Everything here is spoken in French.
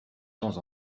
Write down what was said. temps